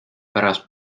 pärast